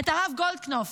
את הרב גולדקנופ,